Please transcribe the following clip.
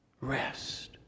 rest